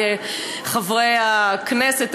חברי הכנסת,